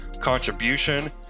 contribution